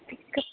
bike